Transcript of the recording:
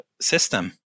system